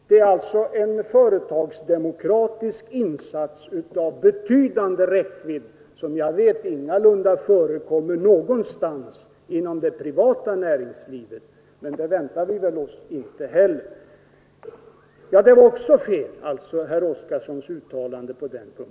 Det är en företagsdemokratisk insats av betydande räckvidd, som jag vet ingalunda förekommer någonstans inom det privata näringslivet — men det väntar vi väl oss inte heller. Herr Oskarsons uttalande på den punkten var alltså också fel.